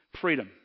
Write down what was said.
freedom